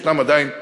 יש עדיין בעיות,